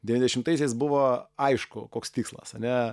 devyniasdešimtaisiais buvo aišku koks tikslas ane